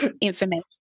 information